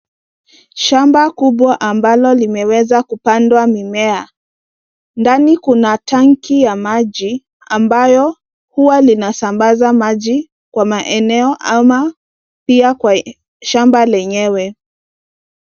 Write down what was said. Shamba kubwa ambalo limeweza kupandwa mimea. Ndani kuna tanki ya maji, ambayo huwa linasambaza maji kwa maeneo ama pia kwa shamba lenyewe.